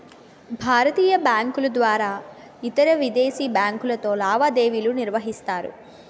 భారతీయ బ్యాంకుల ద్వారా ఇతరవిదేశీ బ్యాంకులతో లావాదేవీలు నిర్వహిస్తారు